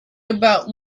about